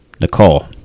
Nicole